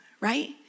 right